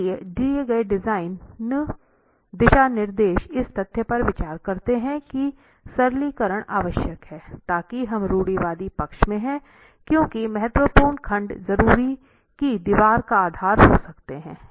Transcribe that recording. इसलिए दिए गए डिज़ाइन दिशा निर्देश इस तथ्य पर विचार करते हैं कि सरलीकरण आवश्यक है ताकि हम रूढ़िवादी पक्ष में हैं क्योंकि महत्वपूर्ण खंड जरूरी की दीवार का आधार हो सकते हैं